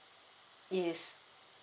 yes